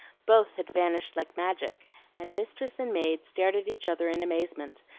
both had vanished like magic and mistress and maid stared at each other in amazement,